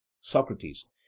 Socrates